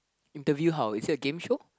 interview how is it a game show